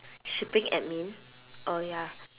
shipping admin oh ya